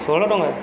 ଷୋହଳ ଟଙ୍କା